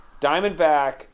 Diamondback